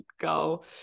go